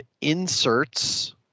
inserts